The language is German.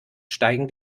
steigen